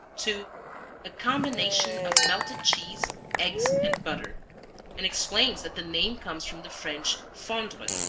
to a combination of melted cheese, eggs and butter and explains that the name comes from the french fondre,